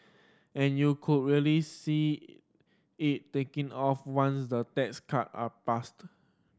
and you could really see it taking off once the tax cut are passed